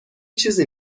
چیزی